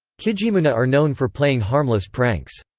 kijimunaa are known for playing harmless pranks.